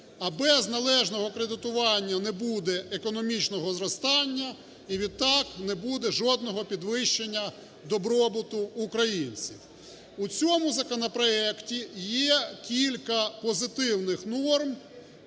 А без належного кредитування не буде економічного зростання і, відтак, не буде жодного підвищення добробуту українців. У цьому законопроекті є кілька позитивних норм,